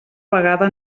vegada